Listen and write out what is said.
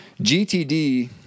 GTD